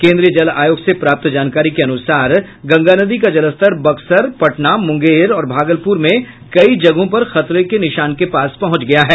केन्द्रीय जल आयोग से प्राप्त जानकारी के अनुसार गंगा नदी का जलस्तर बक्सर पटना मुंगेर और भागलपुर में कई जगहों पर खतरे के निशान के पास पहुंच गया है